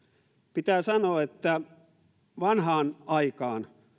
pitää sanoa että silloin vanhaan aikaan